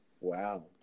wow